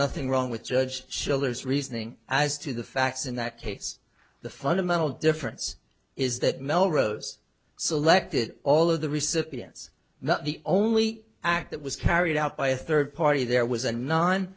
nothing wrong with judge schiller's reasoning as to the facts in that case the fundamental difference is that melrose selected all of the recipients not the only act that was carried out by a third party there was a nine